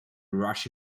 rash